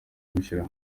gushyira